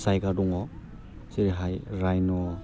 जायगा दङ जेरैहाय रायन'